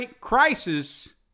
Crisis